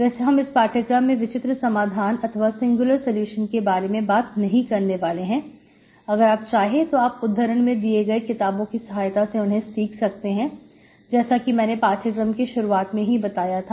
वैसे हम इस पाठ्यक्रम में विचित्र समाधान अथवा सिंगुलर सलूशन के बारे में बात नहीं करने वाले हैं अगर आप चाहे तो आप उद्धरण में दिए गए किताबों की सहायता से उन्हें सीख सकते हैं जैसा कि मैंने पाठ्यक्रम के शुरुआत में ही बताया था